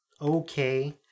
okay